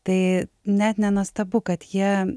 tai net nenuostabu kad jie